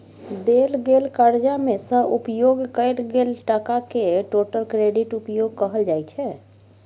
देल गेल करजा मे सँ उपयोग कएल गेल टकाकेँ टोटल क्रेडिट उपयोग कहल जाइ छै